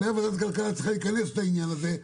אולי ועדת כלכלה צריכה להיכנס לעניין הזה,